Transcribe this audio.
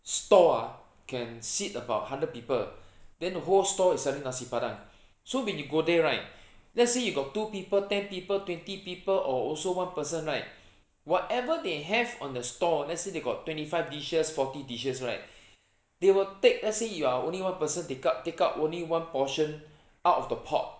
store ah can sit about hundred people then the whole store is selling nasi-padang so when you go there right let's say you got two people ten people twenty people or also one person right whatever they have on the store let's say they got twenty five dishes forty dishes right they will take let's say you are only one person take up take up only one portion out of the pot